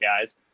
guys